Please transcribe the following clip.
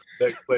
Next